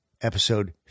episode